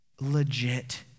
legit